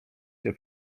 się